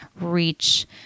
reach